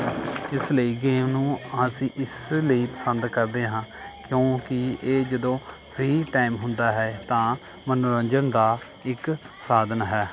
ਇਸ ਲਈ ਗੇਮ ਨੂੰ ਅਸੀਂ ਇਸ ਲਈ ਪਸੰਦ ਕਰਦੇ ਹਾਂ ਕਿਉਂਕਿ ਇਹ ਜਦੋਂ ਫ੍ਰੀ ਟਾਈਮ ਹੁੰਦਾ ਹੈ ਤਾਂ ਮਨੋਰੰਜਨ ਦਾ ਇੱਕ ਸਾਧਨ ਹੈ